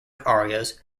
arias